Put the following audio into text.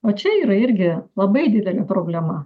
o čia yra irgi labai didelė problema